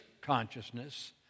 consciousness